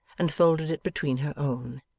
and folded it between her own.